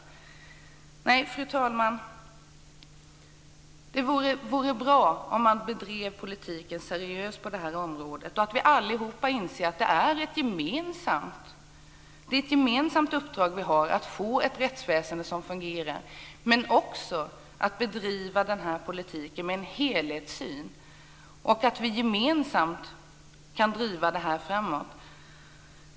Fru talman! Det vore bra om man bedrev politiken seriöst på det här området. Vi måste allihop inse att vi har ett gemensamt uppdrag att få ett rättsväsende som fungerar men också att bedriva den här politiken med en helhetssyn och gemensamt driva detta framåt.